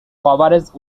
coverage